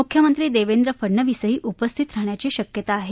मुख्यमंत्री देवेंद्र फडणवीसही उपस्थित राहण्याची शक्यता आहे